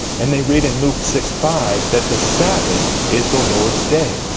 and they read in luke six five that the sabbath is the lord's day.